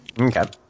Okay